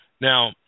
Now